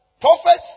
prophets